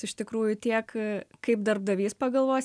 iš tikrųjų tiek kaip darbdavys pagalvos